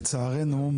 לצערנו,